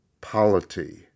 POLITY